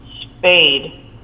Spade